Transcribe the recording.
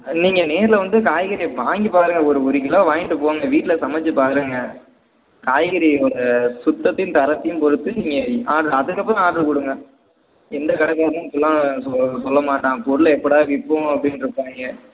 நீங்கள் நேரில் வந்து காய்கறியை வாங்கிப் பாருங்கள் ஒரு ஒரு கிலோ வாங்கிட்டு போங்க வீட்டில் சமைத்துப் பாருங்கள் காய்கறியோடய சுத்தத்தையும் தரத்தையும் பொறுத்து நீங்கள் ஆர்ட்ரு அதுக்கப்பறம் ஆர்ட்ரு கொடுங்க எந்தக் கடைக்காரனும் இப்படில்லாம் சொல்ல சொல்ல மாட்டான் பொருளை எப்போடா விற்போம் அப்படின்னு இருப்பாங்க